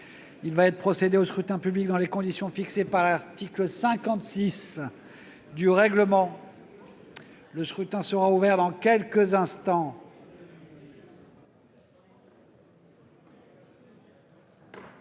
Il va être procédé au scrutin dans les conditions fixées par l'article 56 du règlement. Le scrutin est ouvert. Personne ne demande